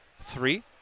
three